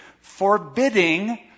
forbidding